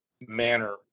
manner